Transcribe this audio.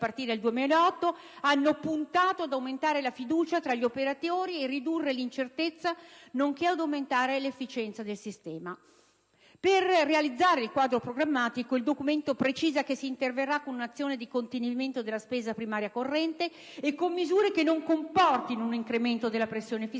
partire dal 2008 hanno puntato ad aumentare la fiducia tra gli operatori e ridurre l'incertezza, nonché ad aumentare l'efficienza del sistema. Al fine di realizzare il quadro programmatico, il Documento precisa che si interverrà con una azione di contenimento della spesa primaria corrente e con misure che non comportino un incremento della pressione fiscale